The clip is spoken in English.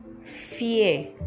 fear